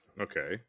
Okay